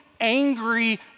angry